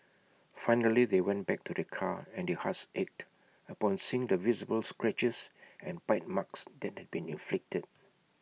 finally they went back to their car and their hearts ached upon seeing the visible scratches and bite marks that had been inflicted